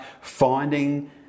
finding